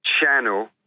Channel